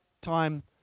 time